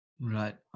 right